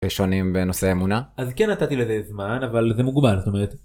שונים בנושא אמונה אז כן נתתי לזה זמן אבל זה מוגבל. זאת אומרת